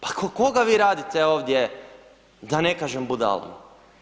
Pa koga vi radite ovdje da ne kažem budalama.